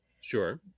sure